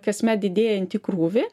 kasmet didėjantį krūvį